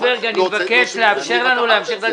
גברת טרכטנברג, אני מבקש לאפשר לנו להמשיך.